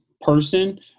person